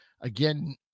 again